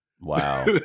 Wow